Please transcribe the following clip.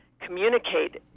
communicate